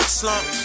slump